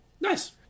Nice